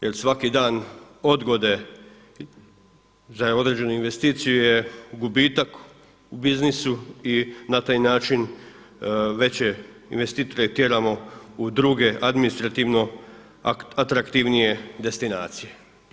Jer svaki dan odgode za određenu investiciju je gubitak u businessu i na taj način veće investitore tjeramo u druge administrativno atraktivnije destinacije.